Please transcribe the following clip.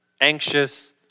anxious